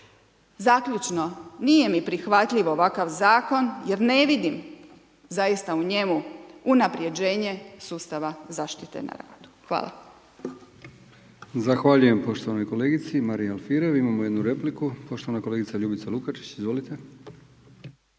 Zaključno, nije mi prihvatljiv ovakav zakon jer ne vidim zaista u njemu unapređenje sustava zaštite na radu. Hvala. **Brkić, Milijan (HDZ)** Zahvaljujem poštovanoj kolegici Mariji Alfirev. Imamo jednu repliku. Poštovana kolegica Ljubica Lukačić, izvolite.